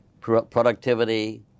productivity